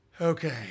Okay